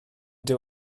dyw